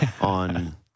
on